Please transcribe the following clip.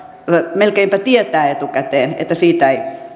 melkeinpä tietää etukäteen että siitä ei